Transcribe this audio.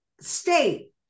state